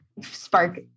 spark